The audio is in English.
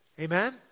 Amen